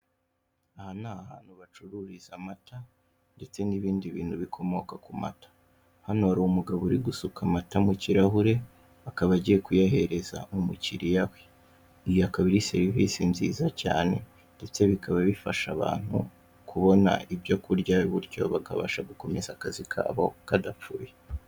Aha ni ahantu bacururiza amata ndetse n'ibindi bintu bikomoka ku mata, hano hari umugabo uri gusuka amata mu kirahure, akaba agiye kuyahereza umukiriya we, iyo akaba ari serivisi nziza cyane, ndetse bikaba bifasha abantu kubona ibyo kurya gutyo bakabasha gukomeza akazi kabo kadapfuye.